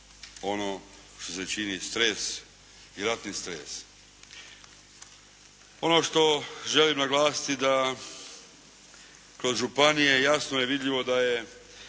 ono što se čini stres i ratni stres. Ono što želim naglasiti da kroz županije jasno je vidljivo da je